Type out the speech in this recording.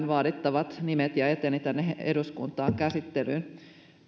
vaadittavat nimet ja eteni tänne eduskuntaan käsittelyyn